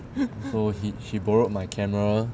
so he she borrowed my camera